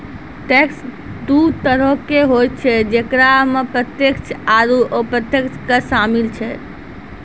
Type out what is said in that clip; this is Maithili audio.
टैक्स दु तरहो के होय छै जेकरा मे प्रत्यक्ष आरू अप्रत्यक्ष कर शामिल छै